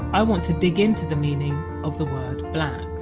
i want to dig into the meaning of the word black